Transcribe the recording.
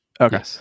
Okay